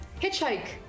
hitchhike